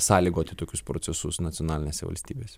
sąlygoti tokius procesus nacionalinėse valstybėse